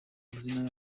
amazina